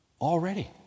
already